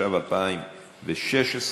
התשע"ו 2016,